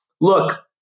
look